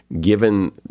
given